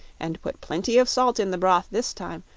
and put plenty of salt in the broth this time,